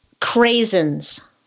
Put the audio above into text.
craisins